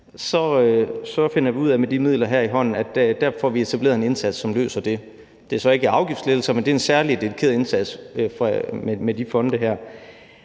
Vi finder så ud af, at vi med de her midler i hånden får etableret en indsats, som løser det – det er så ikke afgiftslettelser, men det er en særlig dedikeret indsats ved hjælp af de her